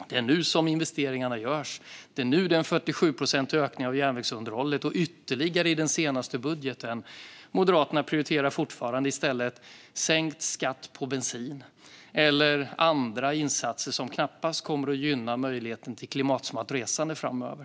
Det är nu som investeringarna görs. Det är nu i den senaste budgeten det sker en 47-procentig ökning av järnvägsunderhållet. Moderaterna prioriterar i stället fortfarande sänkt skatt på bensin eller andra insatser som knappast kommer att gynna möjligheten till klimatsmart resande framöver.